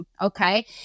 okay